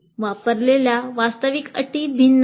वापरलेल्या वास्तविक अटी भिन्न आहेत